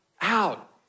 out